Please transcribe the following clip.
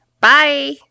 bye